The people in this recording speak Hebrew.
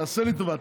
תעשה לי טובה,